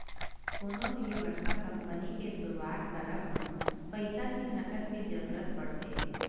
कोनो भी बड़का कंपनी के सुरुवात करब म पइसा के नँगत के जरुरत पड़थे